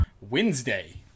Wednesday